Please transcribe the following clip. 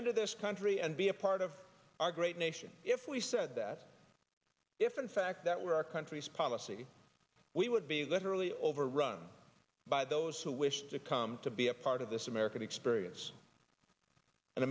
into this country and be a part of our great nation if we said that if in fact that were our country's policy we would be literally overrun by those who wish to come to be a part of this american experience